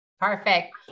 Perfect